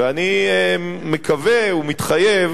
ואני מקווה ומתחייב